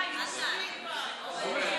היו"ר עיסאווי פריג':